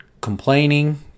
complaining